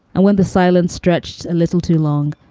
and went. the silence stretched a little too long.